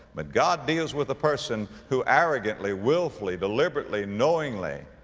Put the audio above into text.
but god deals with the person who arrogantly, willfully, deliberately, knowingly